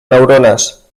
neurones